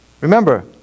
Remember